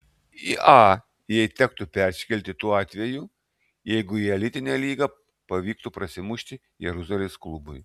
į a jai tektų persikelti tuo atveju jeigu į elitinę lygą pavyktų prasimušti jeruzalės klubui